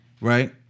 right